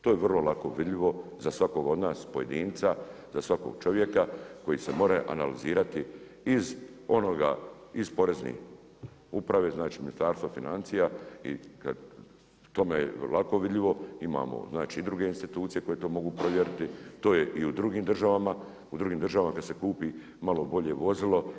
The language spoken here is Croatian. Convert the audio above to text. To je vrlo lako vidljivo, za svakoga od nas, pojedinca, za svakog čovjeka koji se more analizirati iz onoga, iz Porezne uprave, znači Ministarstva financija, tome je vidljivo, imamo znači i druge institucije koje to mogu provjeriti, to je i u drugim državama, u drugim kad se kupi malo bolje vozilo.